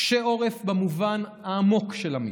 קשה עורף במובן העמוק של המילה: